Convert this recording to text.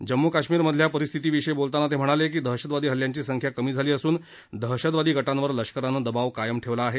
जम्मू काश्मिर मधल्यापरिस्थिती विषयी बोलताना ते म्हणाले की दहशतवादी हल्ल्यांची संख्या कमी झाली असून दहशतवादी गटांवर लष्करानं दबाव कायम ठेवला आहे